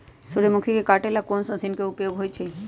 सूर्यमुखी के काटे ला कोंन मशीन के उपयोग होई छइ?